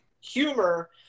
humor